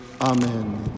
Amen